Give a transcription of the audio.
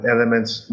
Elements